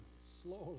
slowly